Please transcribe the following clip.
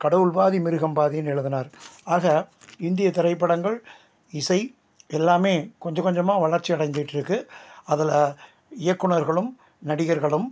கடவுள் பாதி மிருகம் பாதின்னு எழுதுனாரு ஆக இந்திய திரைப்படங்கள் இசை எல்லாமே கொஞ்சம் கொஞ்சமாக வளர்ச்சி அடைந்துகிட்ருக்கு அதில் இயக்குனர்களும் நடிகர்களும்